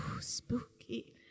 spooky